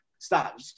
Stop